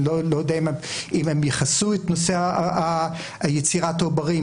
אני לא יודע אם הם יכסו את נושא יצירת העוברים.